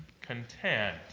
content